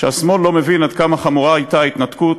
על שהשמאל לא מבין עד כמה חמורה הייתה ההתנתקות,